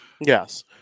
yes